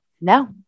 No